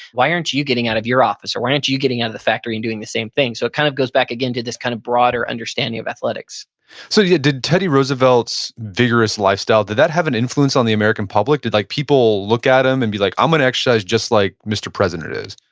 why aren't you you getting out of your office or why aren't you you getting out of the factory and doing the same thing. so it kind of goes back again to this kind of broader understanding of athletics so yeah did teddy roosevelt's vigorous lifestyle, did that have an influence on the american public? did like people look at hm and be like, i'm going to exercise just like mr. president is.